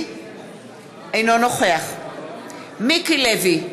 אינו נוכח מיקי לוי,